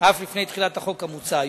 לפני תחילת החוק המוצע.